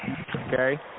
okay